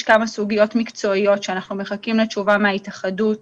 יש כמה סוגיות מקצועיות שאנחנו מחכים תשובה מההתאחדות